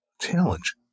Challenge